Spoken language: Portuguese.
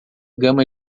gama